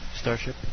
Starship